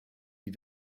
die